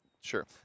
sure